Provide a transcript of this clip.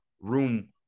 room